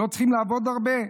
לא צריך לעבוד הרבה.